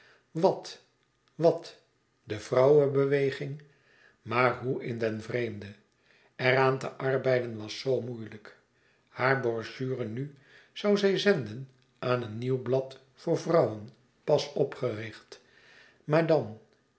wat wat de vrouwenbeweging maar hoe in den vreemde er aan te arbeiden was zoo moeilijk hare brochure nu zoû zij zenden aan een nieuw blad voor vrouwen pas opgericht